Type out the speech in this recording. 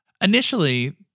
initially